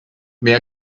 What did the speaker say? mehr